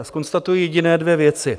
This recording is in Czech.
Zkonstatuji jediné dvě věci.